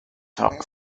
talk